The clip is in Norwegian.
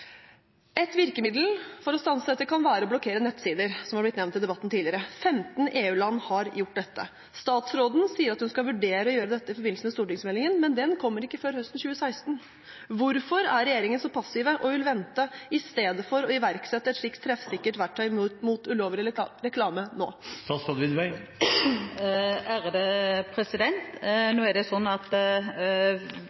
virkemiddel for å stanse dette kan være å blokkere nettsider, som har vært nevnt i debatten tidligere. 15 EU-land har gjort dette. Statsråden sier at hun skal vurdere å gjøre det i forbindelse med stortingsmeldingen, men den kommer ikke før høsten 2016. Hvorfor er regjeringen så passiv og vil vente istedenfor å iverksette et slik treffsikkert verktøy mot ulovlig reklame nå? Nå er det sånn, som jeg sa, at